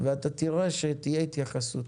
ואתה תראה שתהיה התייחסות.